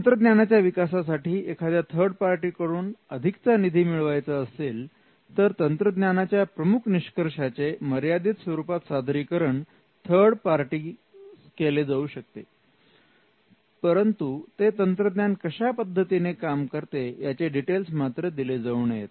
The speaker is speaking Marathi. तंत्रज्ञानाच्या विकासासाठी एखाद्या थर्ड पार्टी कडून अधिकचा निधी मिळवायचा असेल तर तंत्रज्ञानाच्या प्रमुख निष्कर्षांचे मर्यादित स्वरूपात सादरीकरण थर्ड पार्टीस केले जाऊ शकते परंतु ते तंत्रज्ञान कशा पद्धतीने काम करते याचे डिटेल्स मात्र दिले जाऊ नयेत